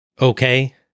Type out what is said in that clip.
okay